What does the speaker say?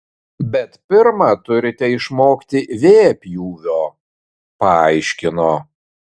bet pirma turite išmokti v pjūvio paaiškino